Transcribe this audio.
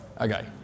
okay